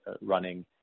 running